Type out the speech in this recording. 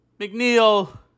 McNeil